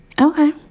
Okay